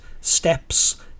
steps